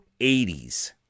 80s